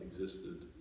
existed